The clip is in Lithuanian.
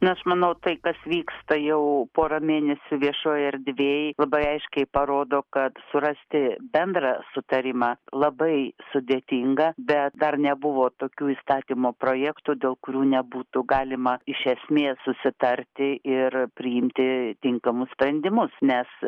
na aš manau tai kas vyksta jau porą mėnesių viešoj erdvėj labai aiškiai parodo kad surasti bendrą sutarimą labai sudėtinga bet dar nebuvo tokių įstatymo projektų dėl kurių nebūtų galima iš esmės susitarti ir priimti tinkamus sprendimus nes